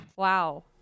Wow